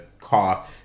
car